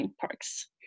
parks